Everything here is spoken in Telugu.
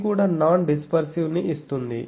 ఇది కూడా నాన్ డిస్పర్సివ్ ని ఇస్తుంది